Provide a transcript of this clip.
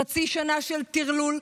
חצי שנה של טרלול,